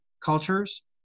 cultures